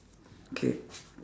K